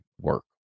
work